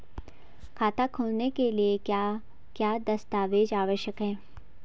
खाता खोलने के लिए क्या क्या दस्तावेज़ आवश्यक हैं?